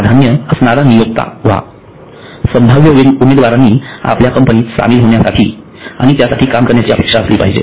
प्राधान्य असणारा नियोक्ता व्हा संभाव्य उमेदवारांनी आपल्या कंपनीत सामील होण्याची आणि त्यासाठी काम करण्याची अपेक्षा केली पाहिजे